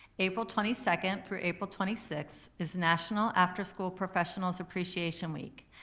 april twenty second through april twenty sixth is national after school professionals appreciation week.